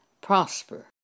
prosper